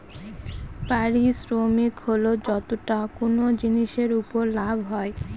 পারিশ্রমিক হল যতটা কোনো জিনিসের উপর লাভ হয়